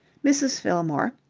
mrs. fillmore,